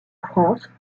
france